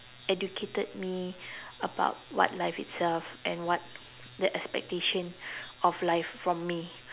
educated me about what life itself and what the expectation of life from me